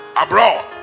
abroad